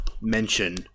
mention